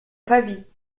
pavie